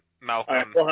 Malcolm